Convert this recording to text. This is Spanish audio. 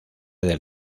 del